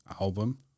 Album